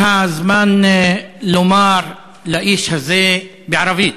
זה הזמן לומר לאיש הזה, בערבית,